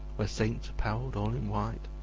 where saints, apparelled all in white,